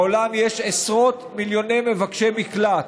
בעולם יש עשרות מיליוני מבקשי מקלט.